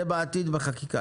זה בעתיד בחקיקה.